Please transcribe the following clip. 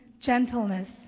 gentleness